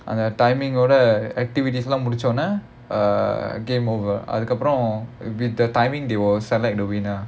அந்த:antha timing ஓட:oda activities எல்லாம் முடிஞ்சோனே:ellaam mudinchonae uh game over அதுக்கு அப்புறம்:athukku appuram with the timing they will select the winner